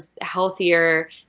healthier